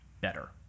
better